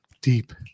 deep